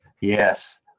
Yes